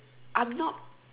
I'm not